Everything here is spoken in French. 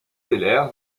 seller